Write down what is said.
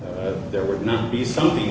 that there would not be something